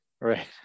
Right